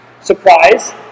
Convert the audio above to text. Surprise